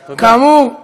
כאמור,